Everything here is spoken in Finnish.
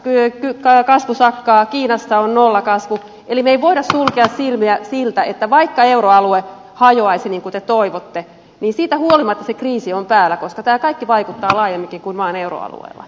aasiassa kasvu sakkaa kiinassa on nollakasvu eli me emme voi sulkea silmiä siltä että vaikka euroalue hajoaisi niin kuin te toivotte niin siitä huolimatta se kriisi on päällä koska tämä kaikki vaikuttaa laajemminkin kuin vain euroalueella